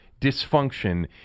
dysfunction